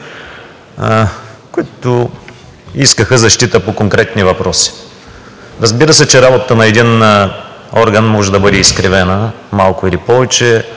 които искаха защита по конкретни въпроси. Разбира се, че работата на един орган може да бъде изкривена малко или повече,